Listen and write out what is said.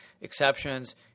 Exceptions